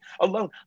alone